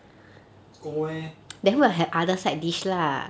够 meh